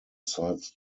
sides